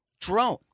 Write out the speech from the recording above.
drone